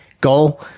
goal